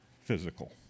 physical